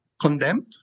condemned